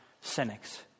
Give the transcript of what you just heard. cynics